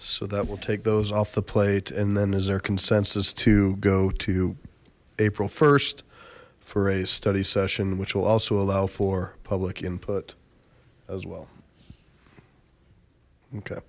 so that will take those off the plate and then is there consensus to go to april st for a study session which will also allow for public input as well okay